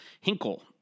Hinkle